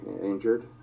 injured